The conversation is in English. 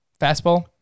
fastball